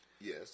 Yes